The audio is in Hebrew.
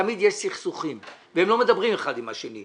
תמיד יש סכסוכים והן לא מדברות אחת עם השנייה.